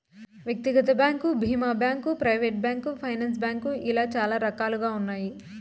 వ్యక్తిగత బ్యాంకు భీమా bank, private bank, finance bank ఇలా చాలా రకాలుగా ఉన్నాయి